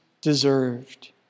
deserved